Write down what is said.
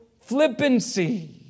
flippancy